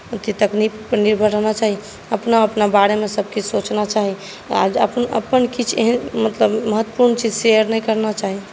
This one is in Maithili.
तकनीक पर निर्भर रहना चाही अपना अपना बारेमे सभकेँ सोचना चाही आ जँ अपन अपन किछु एहन मतलब महत्वपूर्ण चीज शेयर नहि करना चाही